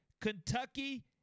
kentucky